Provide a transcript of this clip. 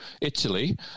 Italy